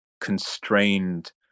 constrained